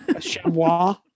chamois